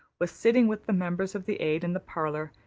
was sitting with the members of the aid in the parlor,